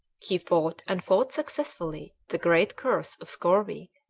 he fought, and fought successfully, the great curse of scurvy,